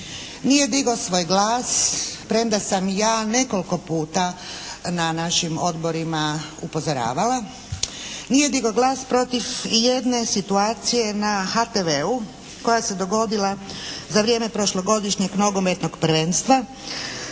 nije digao svoj glas, premda sam ja nekoliko puta na našim odborima upozoravala, nije digao glas protiv jedne situacije na HTV-u koja se dogodila za vrijeme prošlogodišnjeg nogometnog prvenstva